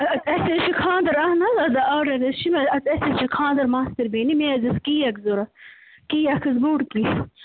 اَسہِ حظ چھِ خانٛدَر اہن حظ آرڈر حظ چھِ مےٚ اَدٕ اَسہِ حظ چھِ خانٛدَر ماستٕر بیٚنہِ مےٚ حظ ٲس کیک ضرورَت کیک حظ بوٚڈ کیک